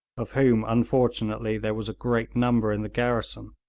of whom, unfortunately, there was a great number in the garrison.